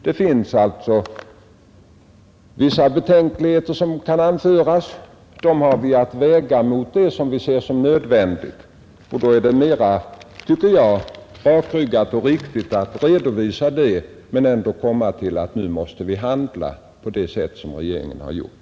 Man kan anföra vissa betänkligheter, men vi har fått väga dem mot det som vi ser som nödvändigt. Jag tycker som sagt att det är mera rakryggat och riktigt att redovisa den ståndpunkten men ändå komma till slutsatsen att nu måste vi handla på det sätt som regeringen har gjort.